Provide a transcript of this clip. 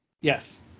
Yes